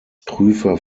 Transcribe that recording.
prüfer